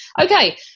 Okay